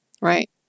Right